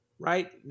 Right